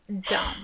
dumb